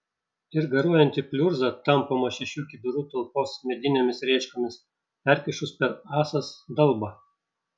ir garuojanti pliurza tampoma šešių kibirų talpos medinėmis rėčkomis perkišus per ąsas dalbą